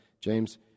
james